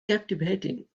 captivating